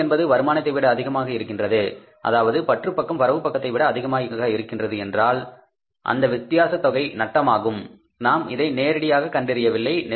செலவுகள் என்பது வருமானத்தை விட அதிகமாக இருக்கிறது அதாவது பற்று பக்கம் வரவு பக்கத்தை விட அதிகமாக இருக்கிறது என்றால் அந்த வித்தியாச தொகை நட்டம் ஆகும் நாம் அதை நேரடியாக கண்டறியவில்லை